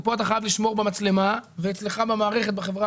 כי כאן אתה חייב לשמור במצלמה ואצלך במערכת בחברה